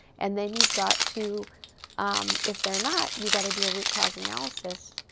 and then you've got to um if they're not, you've got to do a root cause analysis.